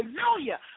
hallelujah